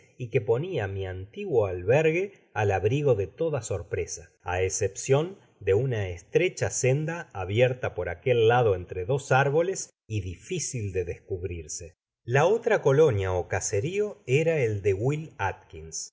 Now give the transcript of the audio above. y que ponia mi antiguo albergue al abrigo de teda sorpresa á escepcion de una estrecha senda abierta por aquel lado entre dos árboles y dificil de descubrirse la otra colonia ó caserio era el de will atkins